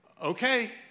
okay